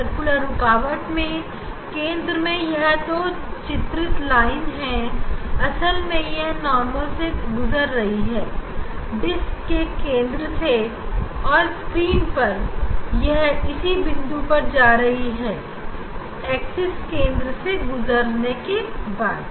circular रुकावट में केंद्र में यह जो चित्रित लाइन है असल में यह नॉर्मल से गुजर रही है डिस्क की केंद्र से और स्क्रीन पर यह इसी बिंदु पर जा रही है एक्सेस केंद्र से होकर गुजर रहा है